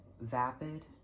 vapid